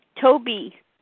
Toby